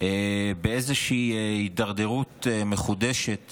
נמצאים באיזושהי הידרדרות מחודשת